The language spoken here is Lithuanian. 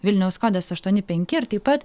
vilniaus kodas aštuoni penki ir taip pat